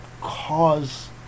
cause